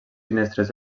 finestres